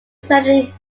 settling